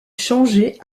changé